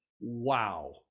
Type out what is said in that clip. wow